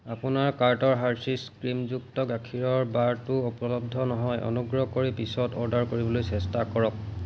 আপোনাৰ কাৰ্টৰ হাৰ্সীছ ক্ৰীমযুক্ত গাখীৰৰ বাৰটো উপলব্ধ নহয় অনুগ্ৰহ কৰি পিছত অৰ্ডাৰ কৰিবলৈ চেষ্টা কৰক